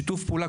שיתוף פעולה,